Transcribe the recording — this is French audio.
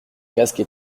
casque